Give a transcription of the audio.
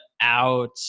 out